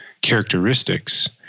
characteristics